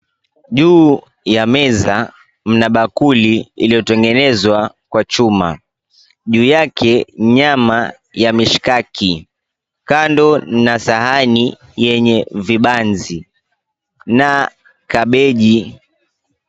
Juu ya meza mna bakuli iliyotengenezwa kwa chuma. Juu yake nyama ya mishkaki. Kando na sahani yenye vibanzi na kabichi.